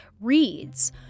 reads